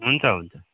हुन्छ हुन्छ